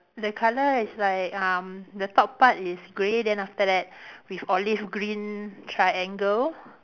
the colour is like um the top part is grey then after that with olive green triangle